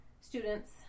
Students